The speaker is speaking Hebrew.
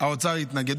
האוצר התנגד.